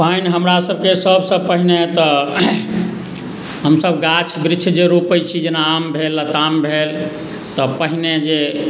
पानि हमरासभके सभसँ पहिने तऽ हमसभ गाछ वृक्ष जे रोपैत छी जेना आम भेल लताम भेल तऽ पहिने जे